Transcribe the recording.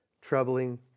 troubling